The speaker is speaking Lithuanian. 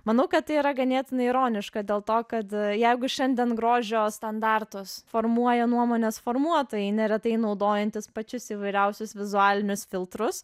manau kad tai yra ganėtinai ironiška dėl to kad jeigu šiandien grožio standartus formuoja nuomonės formuotojai neretai naudojantys pačius įvairiausius vizualinius filtrus